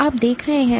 जो आप देख रहे हैं